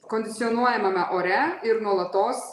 kondicionuojamame ore ir nuolatos